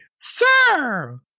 Sir